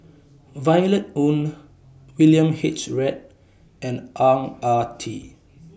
Violet Oon William H Read and Ang Ah Tee